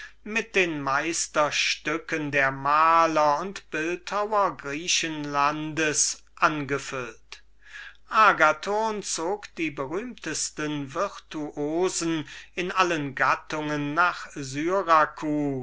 mit den meisterstücken der besten maler und bildhauer griechenlandes angefüllt agathon zog die berühmtesten virtuosen in allen gattungen von athen nach